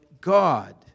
God